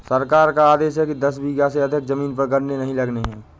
सरकार का आदेश है कि दस बीघा से अधिक जमीन पर गन्ने नही लगाने हैं